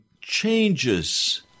changes